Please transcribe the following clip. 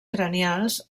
cranials